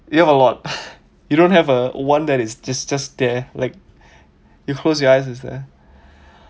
you have a lot you don't have a one that it's just just there like you close your eyes is there